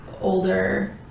older